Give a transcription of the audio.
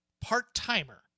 part-timer